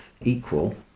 equal